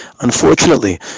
unfortunately